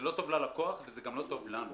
זה לא טוב ללקוח וגם לא טוב לנו,